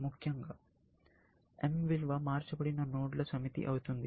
ముఖ్యంగా M విలువ మార్చబడిన నోడ్ల సమితి అవుతుంది